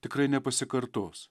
tikrai nepasikartos